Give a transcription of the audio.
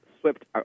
swept